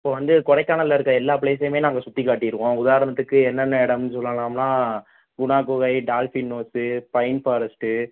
இப்போ வந்து கொடைக்கானலில் இருக்க எல்லா பிளேஸையுமே நாங்கள் சுத்திக் காட்டிடுவோம் உதாரணத்துக்கு என்னென்ன இடமுன்னு சொல்லலாம்னா குணா குகை டால்பின் ஹவுஸு ஃபைன் ஃபாரெஸ்ட்டு